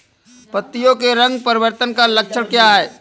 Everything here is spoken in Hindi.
पत्तियों के रंग परिवर्तन का लक्षण क्या है?